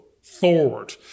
forward